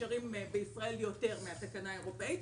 ומאפשרים בישראל יותר מהתקנה האירופית.